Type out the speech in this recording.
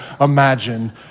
imagine